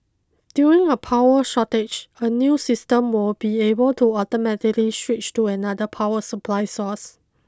during a power shortage the new system will be able to automatically switch to another power supply source